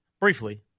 Briefly